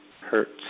hurts